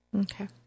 Okay